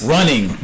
Running